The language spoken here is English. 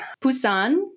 Busan